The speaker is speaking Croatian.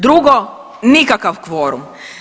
Drugo, nikakav kvorum.